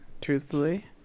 truthfully